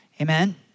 Amen